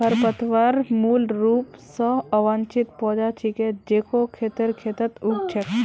खरपतवार मूल रूप स अवांछित पौधा छिके जेको खेतेर खेतत उग छेक